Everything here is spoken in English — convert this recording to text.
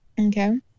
okay